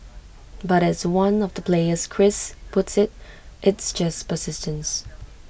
but as one of the players Chris puts IT it's just persistence